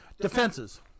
Defenses